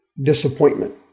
disappointment